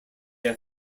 have